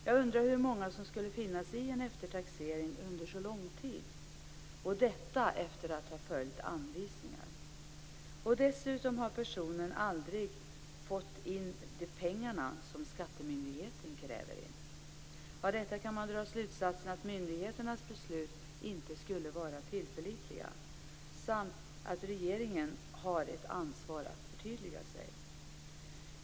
Jag undrar hur många som skulle finna sig i en eftertaxering under så lång tid, efter att ha följt anvisningar. Dessutom har personen aldrig fått in de pengar som skattemyndigheten kräver in. Av detta kan man dra slutsatsen att myndigheternas beslut inte skulle vara tillförlitliga samt att regeringen har ett ansvar att förtydliga sig.